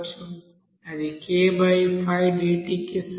అది K5dt కి సమానం